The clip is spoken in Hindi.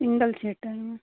सिंगल सीट है